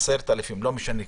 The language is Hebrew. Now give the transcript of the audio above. לא משנה כמה,